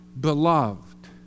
beloved